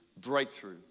breakthrough